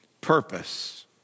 purpose